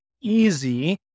easy